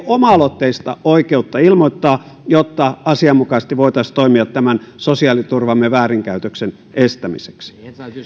oma aloitteista oikeutta ilmoittaa jotta asianmukaisesti voitaisiin toimia tämän sosiaaliturvamme väärinkäytöksen estämiseksi